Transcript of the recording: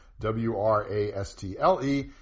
W-R-A-S-T-L-E